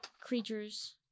creatures